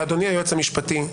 אדוני היועץ המשפטי,